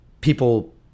people